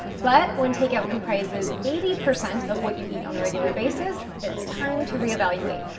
but when takeout comprises eighty percent of what you eat on a regular basis, it's time to re-evaluate.